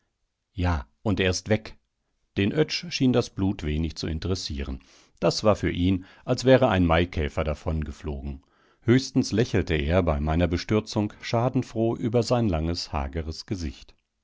ja und er ist weg den oetsch schien das blutwenig zu interessieren das war für ihn als wäre ein maikäfer davongeflogen höchstens lächelte er bei meiner bestürzung schadenfroh über sein langes hageres gesicht